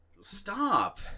Stop